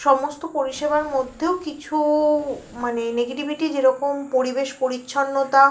সমস্ত পরিষেবার মধ্যেও কিছু মানে নেগেটিভিটি যে রকম পরিবেশ পরিছন্নতা